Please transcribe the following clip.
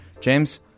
James